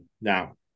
Now